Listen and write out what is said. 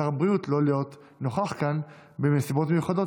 לשר הבריאות לא להיות נוכח כאן מנסיבות מיוחדות,